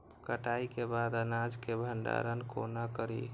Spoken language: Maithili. कटाई के बाद अनाज के भंडारण कोना करी?